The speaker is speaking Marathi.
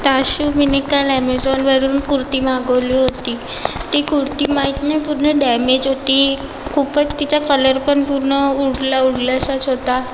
त्याशिव मीनि काल अमेझॉनवरून कुर्ती मागवली होती ती कुर्ती माहीत नाही पूर्ण डॅमेज होती खूपच तिचा कलर पण पूर्ण उडला उडलासाच होता